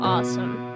Awesome